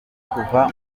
kuva